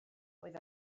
oedd